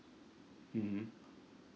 mmhmm